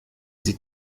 sie